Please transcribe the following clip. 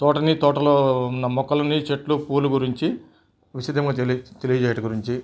తోటని తోటలో ఉన్న మొక్కలని చెట్లు పూలు గురించి విశితంగా తేలి తెలిచేయుట గురించి